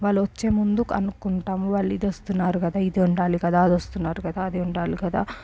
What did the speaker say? వాళ్ళు వచ్చే ముందు కనుక్కుంటాము వాళ్ళు ఇది వస్తున్నారు కదా ఇద్ వండాలి కదా అది వస్తున్నారు కదా అది వండాలి కదా